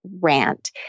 rant